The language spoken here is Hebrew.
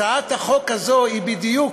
הצעת החוק הזו היא בדיוק,